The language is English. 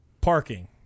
Parking